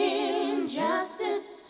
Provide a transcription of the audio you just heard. injustice